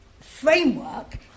framework